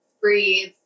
breathe